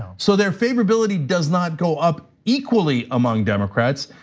so their favorability does not go up equally among democrats.